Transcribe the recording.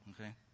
okay